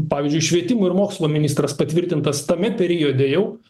pavyzdžiui švietimo ir mokslo ministras patvirtintas tame periode jau